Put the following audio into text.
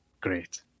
great